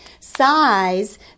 Size